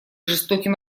жестоким